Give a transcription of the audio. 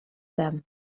them